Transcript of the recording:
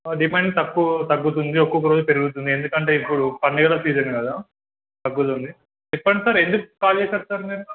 demand తక్కువ తగ్గుతుంది ఒక్కొక్క రోజు పెరుగుతుంది ఎందుకంటే ఇప్పుడు పండగల సీజన్ కదా తగ్గుతుంది చెప్పండి సార్ ఎందుకు కాల్ చేసారు సార్ మీరు